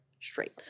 straight